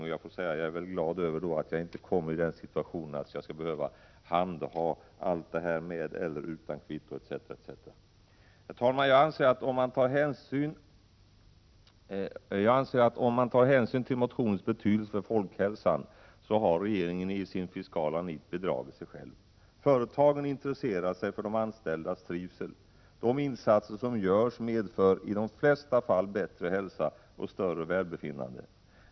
Och jag får säga att jag då är glad över att jag inte kommer i den situationen att jag skall behöva handha allt detta — med eller utan kvitto, etc. Herr talman! Jag anser att om man tar hänsyn till motionens betydelse för folkhälsan, så har regeringen i sitt fiskala nit bedragit sig själv. Företagen intresserar sig för de anställdas trivsel. De insatser som görs medför i de flesta fall bättre hälsa och större välbefinnande.